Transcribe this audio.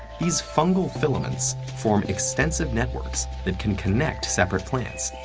these fungal filaments form extensive networks that can connect separate plants,